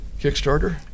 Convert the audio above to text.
Kickstarter